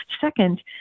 Second